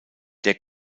der